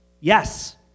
Yes